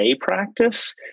practice